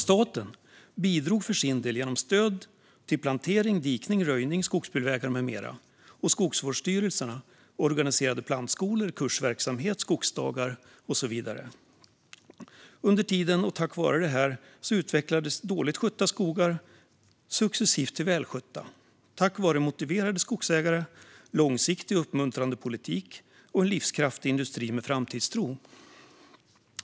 Staten bidrog för sin del genom stöd till plantering, dikning, röjning, skogsbilvägar med mera. Skogsvårdsstyrelserna organiserade plantskolor, kursverksamhet, skogsdagar och så vidare. Under tiden och härigenom utvecklades dåligt skötta skogar successivt till välskötta tack vare motiverade skogsägare, långsiktig och uppmuntrande politik och en livskraftig industri med framtidstro.